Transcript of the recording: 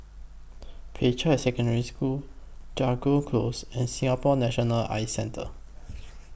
Peicai Secondary School Jago Close and Singapore National Eye Centre